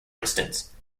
instance